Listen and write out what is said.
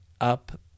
up